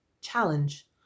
challenge